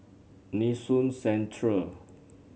Nee Soon Central